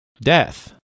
Death